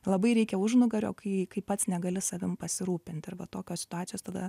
labai reikia užnugario kai kai pats negali savim pasirūpint ir va tokios situacijos tada